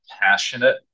passionate